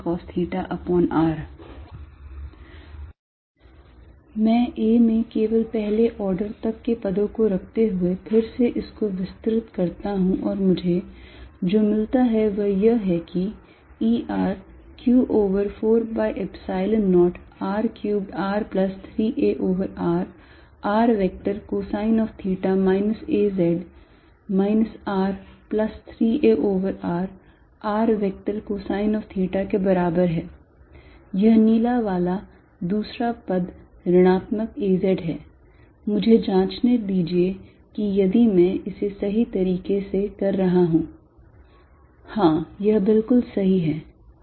Erq4π0r3r az13arcosθ raz1 3arcosθ मैं a में केवल पहले आर्डर तक के पदों को रखते हुए फिर से इसको विस्तृत करता हूं और मुझे जो मिलता है वह यह है कि E rq over 4 pi Epsilon 0 r cubed r plus 3a over r r vector cosine of theta minus az minus r plus 3a over r r vector cosine of theta के बराबर है यह नीला वाला दूसरा पद ऋणात्मक az है मुझे जाँचने दीजिए कि यदि मैं इसे सही तरीके से कर रहा हूँ समय देखें 0924 हाँ यह बिलकुल सही है